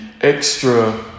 extra